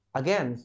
again